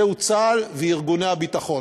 זהו צה"ל, וארגוני הביטחון.